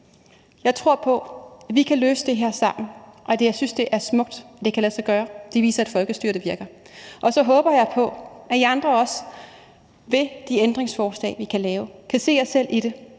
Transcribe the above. Jeg tror på, vi kan løse det her sammen, og jeg synes, det er smukt, at det kan lade sig gøre. Det viser et folkestyre, der virker. Og så håber jeg på, at de andre partier også vil støtte de ændringsforslag, vi kan lave, og kan se sig selv i det